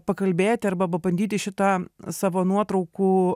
pakalbėti arba pabandyti šį tą savo nuotraukų